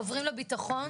עוברים לביטחון,